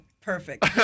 perfect